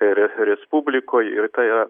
ir respublikoj ir tai yra